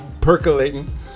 percolating